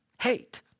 hate